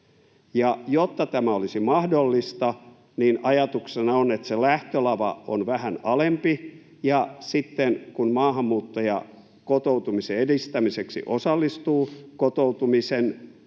Jotta tämä olisi mahdollista, niin ajatuksena on, että se lähtölava on vähän alempi ja sitten kun maahanmuuttaja kotoutumisen edistämiseksi osallistuu kotoutumisen tueksi